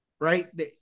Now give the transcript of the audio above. right